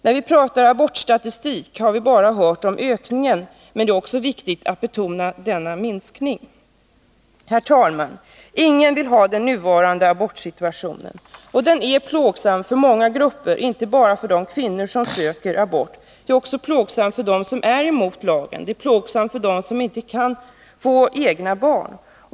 När det talas abortstatistik har vi bara hört om ökningen, men det är också viktigt att betona denna minskning. Herr talman! Ingen vill ha den nuvarande abortsituationen. Den är plågsam för många grupper, inte bara för de kvinnor som söker abort. Den är också plågsam för dem som är emot lagen och för dem som inte kan få egna barn.